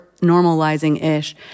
normalizing-ish